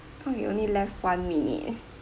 oh we only left one minute